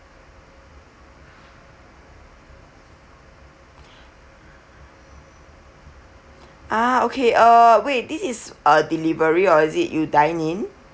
ah okay uh wait this is a delivery or is it you dine in